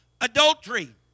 adultery